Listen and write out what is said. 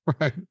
right